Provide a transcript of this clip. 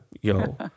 yo